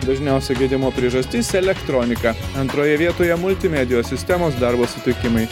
dažniausia gedimo priežastis elektronika antroje vietoje multimedijos sistemos darbo sutrikimai